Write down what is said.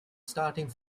starting